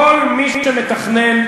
כל מי שמתכנן